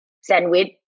Sandwich